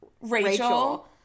Rachel